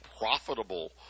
profitable